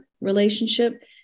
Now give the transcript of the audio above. relationship